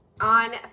on